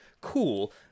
cool